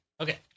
okay